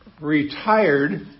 retired